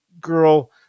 girl